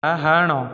ଡାହାଣ